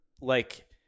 like-